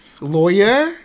lawyer